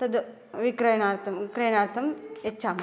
तत् विक्रयणार्थं विक्रयणार्थं यच्छामि